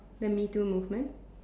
the MeToo movement